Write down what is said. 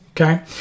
Okay